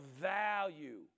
value